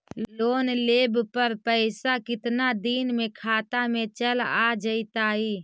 Loan लेब पर पैसा कितना दिन में खाता में चल आ जैताई?